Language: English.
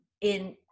in-